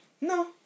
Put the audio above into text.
No